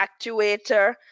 actuator